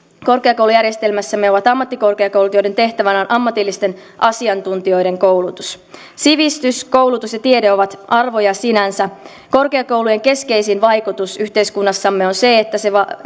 korkeakoulujärjestelmässämme ovat ammattikorkeakoulut joiden tehtävänä on ammatillisten asiantuntijoiden koulutus sivistys koulutus ja tiede ovat arvoja sinänsä korkeakoulujen keskeisin vaikutus yhteiskunnassamme on se että